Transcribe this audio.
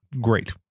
great